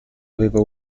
aveva